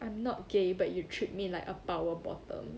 I am not gay but you treat me like a power bottom